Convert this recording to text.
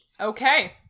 Okay